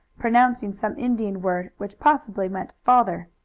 pronouncing some indian word which possibly meant father.